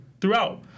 throughout